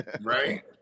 Right